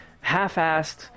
half-assed